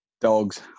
Dogs